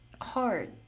hard